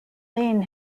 lane